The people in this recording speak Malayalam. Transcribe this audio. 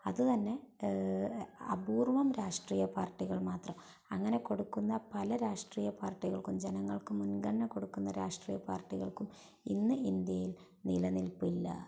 അത് തന്നെ അപൂർവ്വം രാഷ്ട്രീയപ്പാർട്ടികൾ മാത്രം അങ്ങനെ കൊടുക്കുന്ന പല രാഷ്ട്രീയപ്പാർട്ടികൾക്കും ജനങ്ങൾക്കും മുൻഗൺന കൊടുക്കുന്ന രാഷ്ട്രീയപ്പാർട്ടികൾക്കും ഇന്ന് ഇന്ത്യയിൽ നിലനിൽപ്പില്ല